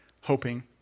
hoping